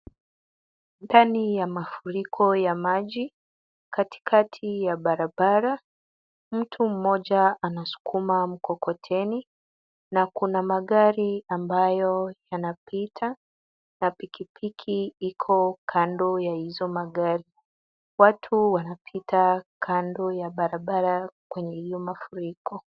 Ndani ya mafuriko ya maji, katikati ya barabara. Mtu mmoja anasukuma mkokoteni, na kuna magari ambayo yanapita na pikipiki iko kando ya hizo magari. Watu wanapita kando ya barabara kwenye hiyo mafuriko.